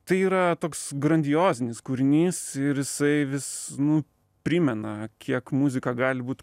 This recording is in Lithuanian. tai yra toks grandiozinis kūrinys ir jisai vis nu primena kiek muzika gali būt